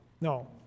No